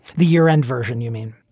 the year end version, you mean?